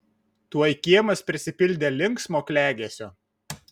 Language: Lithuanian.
tuoj kiemas prisipildė linksmo klegesio